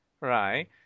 right